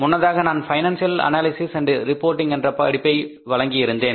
முன்னதாக நான் financial analysis and reporting என்ற படிப்பை வழங்கி இருந்தேன்